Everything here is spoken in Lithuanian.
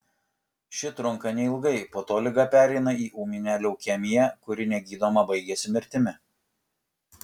ši trunka neilgai po to liga pereina į ūminę leukemiją kuri negydoma baigiasi mirtimi